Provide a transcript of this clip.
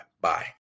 Bye